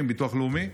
ביטוח לאומי.